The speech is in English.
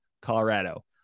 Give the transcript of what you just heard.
Colorado